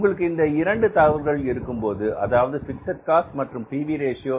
உங்களுக்கு இந்த இரண்டு தகவல்கள் இருக்கும்போது அதாவது பிக்ஸட் காஸ்ட் மற்றும் P V ratio PV Ratio